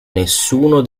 nessuno